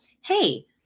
hey